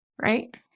right